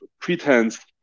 pretense